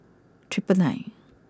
triple nine